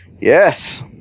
Yes